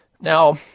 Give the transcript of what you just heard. Now